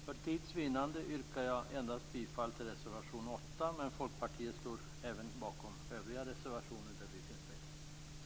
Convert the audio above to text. För tids vinnande yrkar jag bifall endast till reservation 8 men Folkpartiet står naturligtvis bakom de övriga reservationer som folkpartister har undertecknat.